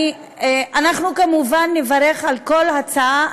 אנחנו כמובן נברך על כל הצעה,